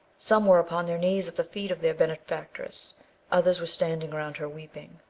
some were upon their knees at the feet of their benefactress others were standing round her weeping.